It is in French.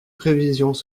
prévisions